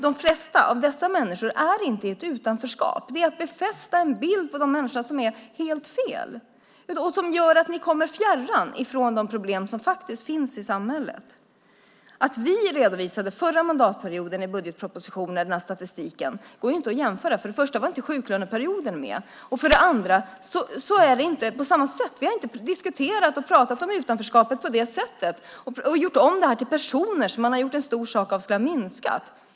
De flesta av dessa människor är inte i ett utanförskap. Det är att befästa en bild av de människorna som är helt fel. Det gör att ni kommer fjärran från de problem som finns i samhället. Att vi redovisade den här statistiken i budgetpropositionen under den förra mandatperioden går ju inte att jämföra. För det första var inte sjuklöneperioden med och för det andra är det inte på samma sätt. Vi har inte diskuterat och pratat om utanförskapet på det sättet och gjort om det till personer och gjort en stor sak av att det skulle ha minskat.